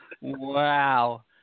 wow